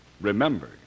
Remember